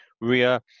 Ria